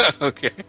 Okay